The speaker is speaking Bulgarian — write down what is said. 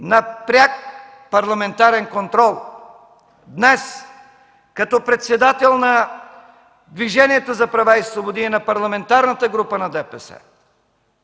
на пряк парламентарен контрол. Днес като председател на Движението за права и свободи и на Парламентарната група на ДПС